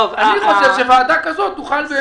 אני חושב שוועדה כזאת תוכל,